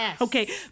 Okay